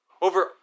Over